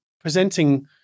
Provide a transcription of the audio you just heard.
presenting